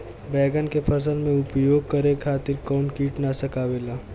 बैंगन के फसल में उपयोग करे खातिर कउन कीटनाशक आवेला?